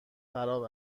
خراب